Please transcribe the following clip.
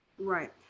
Right